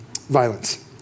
violence